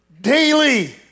Daily